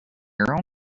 your